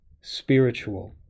spiritual